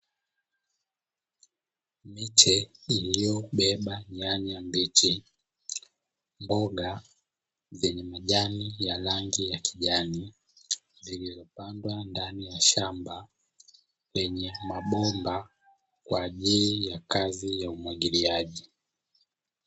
Miche iliyobeba nyanya mbichi, mboga zenye majani ya rangi ya kijani zilizopandwa ndani ya shamba lenye mabomba kwa ajili ya kazi ya umwagiliaji.